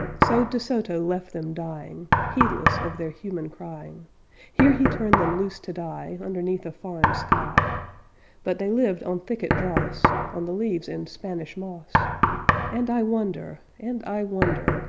so de soto left them dying, heedless of their human crying here he turned them loose to die underneath a foreign sky but they lived on thicket dross, on the leaves and spanish moss and i wonder, and i wonder,